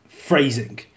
Phrasing